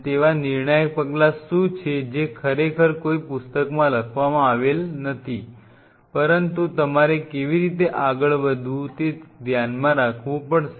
તેવા નિર્ણાયક પગલાં શું છે જે ખરેખર કોઈ પુસ્તકમાં લખવામાં આવેલ નથી પરંતુ તમારે કેવી રીતે આગળ વધવું તે ધ્યાનમાં રાખવું પડશે